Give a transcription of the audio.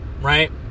right